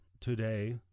today